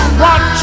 watch